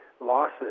losses